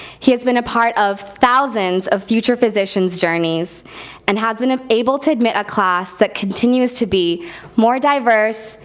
he has been a part of thousands of future physician's journeys and has been ah able to admit a class that continues to be more diverse,